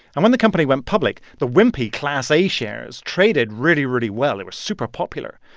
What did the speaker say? and when the company went public, the wimpy class a shares traded really, really well. they were super popular.